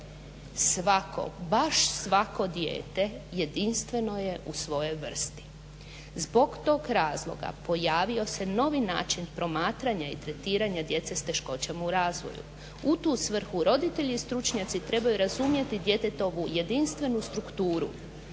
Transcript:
Svako, baš svako dijete jedinstveno je u svojoj vrsti. Zbog tog razloga pojavio se novi način promatranja i tretiranja djece s teškoćama u razvoju. U tu svrhu roditelji i stručnjaci trebaju razumjeti djetetovu jedinstvenu strukturu.